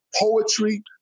Poetry